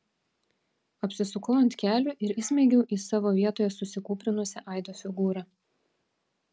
apsisukau ant kelių ir įsmeigiau į savo vietoje susikūprinusią aido figūrą